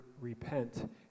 repent